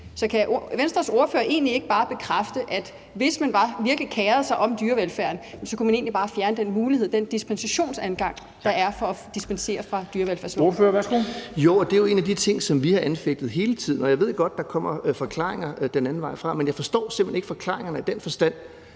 – kan Venstres ordfører så egentlig ikke bare bekræfte, at hvis man virkelig kerede sig om dyrevelfærden, så kunne man egentlig bare fjerne den mulighed for, den dispensationsadgang, der er, til at dispensere fra dyrevelfærdsloven? Kl. 10:54 Formanden (Henrik Dam Kristensen): Ordføreren, værsgo. Kl. 10:54 Jacob Jensen (V): Jo, og det er jo en af de ting, som vi har anfægtet hele tiden. Jeg ved godt, at der kommer forklaringer den anden vej fra, men jeg forstår simpelt hen ikke forklaringerne i den forstand,